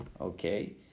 okay